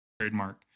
trademark